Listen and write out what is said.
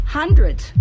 hundreds